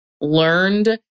learned